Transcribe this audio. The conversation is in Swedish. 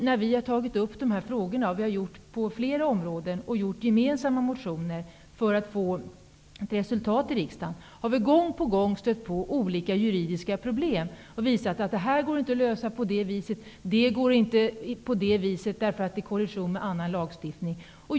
När vi har tagit upp dessa frågor eller väckt gemensamma motioner för att åstadkomma resultat i riksdagen, har vi gång på gång stött på olika juridiska problem som har förhindrat en lösning, eftersom den t.ex. har kolliderat med annan lagstiftning.